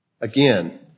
Again